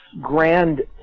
grand